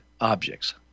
objects